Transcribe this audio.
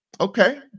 Okay